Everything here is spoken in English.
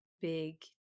big